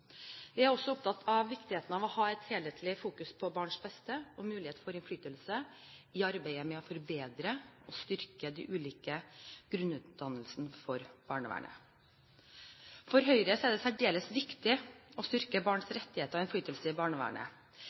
Vi er også opptatt av viktigheten av å fokusere helhetlig på barns beste og på mulighet for innflytelse i arbeidet med å forbedre og styrke de ulike grunnutdannelsene for barnevernet. For Høyre er det særdeles viktig å styrke barns rettigheter og innflytelse i barnevernet.